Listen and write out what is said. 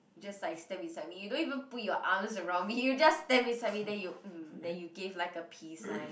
just like stand beside me you don't even put your arms around me you just stand beside me then you then you give like a peace sign